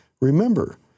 Remember